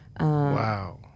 Wow